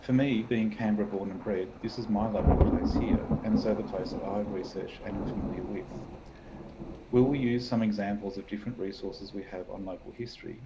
for me, being canberra born and bred, this is my local place here and so the place that i've researched and am familiar will will use some examples of different resources we have on local history